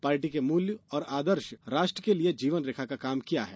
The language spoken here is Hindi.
पार्टी के मूल्य और आदर्श राष्ट्र के लिए जीवन रेखा का काम किया है